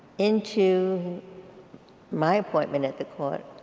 into my appointment at the court,